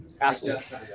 Athletes